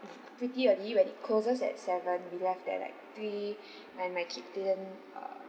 pretty early when it closes at seven we left there like three and my kid didn't uh